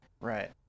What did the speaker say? Right